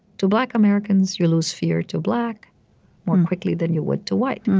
to black americans, you lose fear to black more quickly than you would to white.